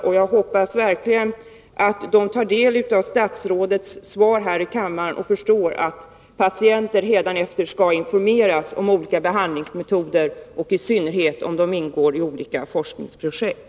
Och jag hoppas verkligen att de tar del av statsrådets svar här i kammaren och förstår att patienterna hädanefter skall informeras om olika behandlingsmetoder, i synnerhet om patienterna ingår i olika forskningsprojekt.